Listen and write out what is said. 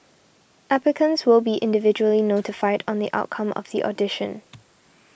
applicants will be individually notified on the outcome of the audition